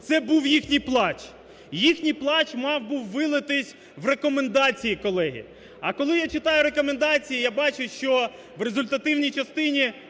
Це був їхній плач. Їхній плач мав був вилитись в рекомендації, колеги. А коли я читаю рекомендації, я бачу, що в результативній частині